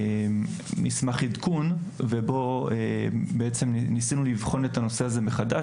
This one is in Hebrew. מסמך עדכון ובו בעצם ניסינו לבחון את הנושא הזה מחדש